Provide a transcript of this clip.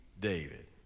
David